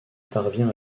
parvient